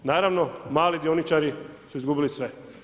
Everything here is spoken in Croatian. Naravno, mali dioničari su izgubili sve.